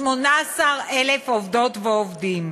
18,000 עובדות ועובדים.